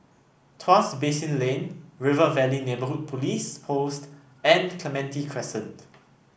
Tuas Basin Lane River Valley Neighbourhood Police Post and Clementi Crescent